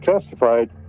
testified